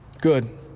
Good